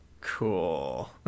Cool